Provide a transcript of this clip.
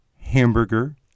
hamburger